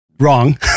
wrong